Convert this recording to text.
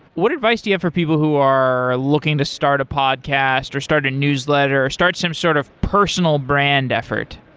what advice do you have for people who are looking to start a podcast or start a newsletter or start some sort of personal brand effort,